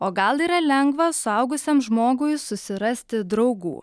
o gal yra lengva suaugusiam žmogui susirasti draugų